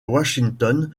washington